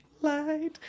light